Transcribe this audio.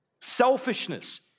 Selfishness